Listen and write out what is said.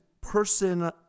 person